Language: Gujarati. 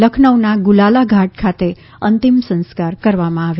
લખનૌના ગુલાલા ઘાટ ખાતે અંતિમ સંસ્કાર કરવામાં આવ્યા